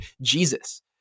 Jesus